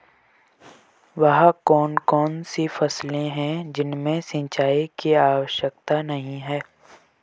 वह कौन कौन सी फसलें हैं जिनमें सिंचाई की आवश्यकता नहीं है?